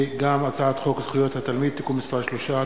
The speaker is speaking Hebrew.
הצעת חוק זכויות התלמיד (תיקון מס' 3),